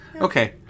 Okay